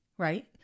Right